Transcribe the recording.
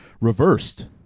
reversed